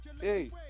hey